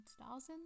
thousands